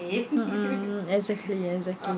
mm mm exactly exactly